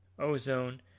ozone